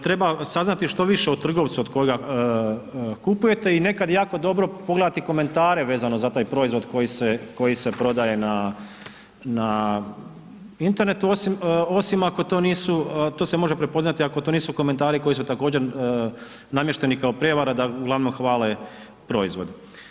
Treba saznati što više o trgovcu od koga kupujete i nekad jako dobro pogledati komentare vezano za taj proizvod koji se, koji se prodaje na, na internetu osim ako to nisu, to se može prepoznati ako to nisu komentari koji su također namješteni kao prijevara da uglavnom hvale proizvod.